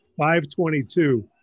522